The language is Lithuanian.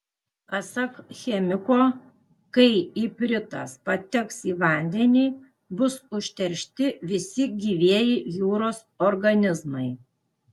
pasak chemiko kai ipritas pateks į vandenį bus užteršti visi gyvieji jūros organizmai